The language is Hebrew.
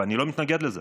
ואני לא מתנגד לזה,